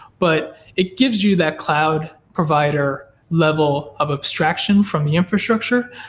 but it gives you that cloud provider level of abstraction from the infrastructure,